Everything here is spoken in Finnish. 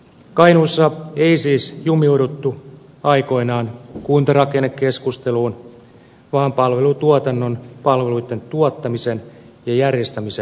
kainuussa ei siis jumiuduttu aikoinaan kuntarakennekeskusteluun vaan palvelutuotannon palveluitten tuottamisen ja järjestämisen tehostamiseen